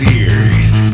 ears